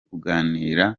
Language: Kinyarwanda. kuganira